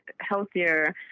healthier